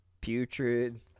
putrid